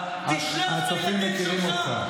הצופים מכירים אותך.